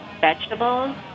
vegetables